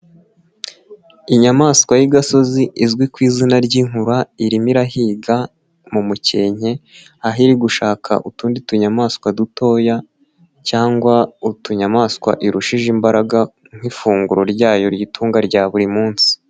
Inyamaswa y'iagasozi izwi ku izina ry'inkura, irimo irahiga mu mukenke, aho iri gushaka utundi tunyamaswa dutoya cyangwa utunyamaswa irushije imbaraga nk'ifunguro ryayo riyitunga rya buri munsi.